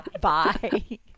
Bye